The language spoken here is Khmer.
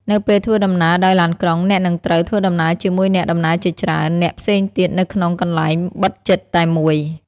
នៅពេលធ្វើដំណើរដោយឡានក្រុង អ្នកនឹងត្រូវ ធ្វើដំណើរជាមួយអ្នកដំណើរជាច្រើន នាក់ផ្សេងទៀតនៅក្នុងកន្លែងបិទជិតតែមួយ។